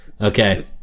Okay